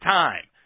time